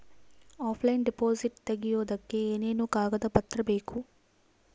Offline deposit ತೆಗಿಯೋದಕ್ಕೆ ಏನೇನು ಕಾಗದ ಪತ್ರ ಬೇಕು?